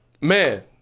Man